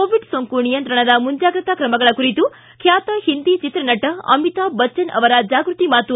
Covid ಸೋಂಕು ನಿಯಂತ್ರಣದ ಮುಂಜಾಗ್ರತಾ ಕ್ರಮಗಳ ಕುರಿತು ಖ್ಯಾತ ಹಿಂದಿ ಚಿತ್ರನಟ ಅಮಿತಾಬ್ ಬಚ್ನನ್ ಅವರ ಜಾಗೃತಿ ಮಾತು